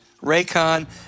Raycon